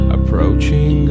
Approaching